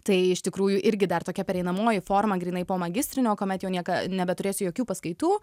tai iš tikrųjų irgi dar tokia pereinamoji forma grynai po magistrinio kuomet jau nieka nebeturėsiu jokių paskaitų